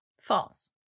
false